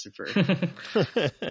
Christopher